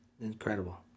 incredible